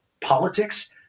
politics